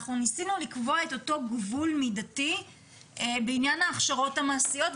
אנחנו ניסינו לקבוע את אותו גבול מידתי בעניין ההכשרות המעשיות,